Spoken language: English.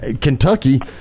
Kentucky